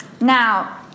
Now